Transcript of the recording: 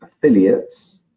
affiliates